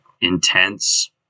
intense